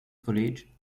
college